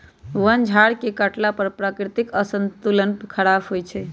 वन झार के काटला पर प्राकृतिक संतुलन ख़राप होइ छइ